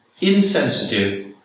insensitive